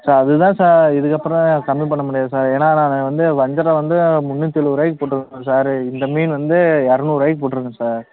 sir அதுதான் sir இதுக்கப்புறம் கம்மி பண்ணமுடியாது சார் ஏன்னால் நான் வந்து வஞ்சிரம் வந்து முந்நூற்றி எழுவது ரூபாய்க்கி போட்டிருக்கேன் சார் இந்த மீன் வந்து இரநூறுவாய்க்கி போட்டிருக்கேன் சார்